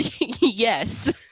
yes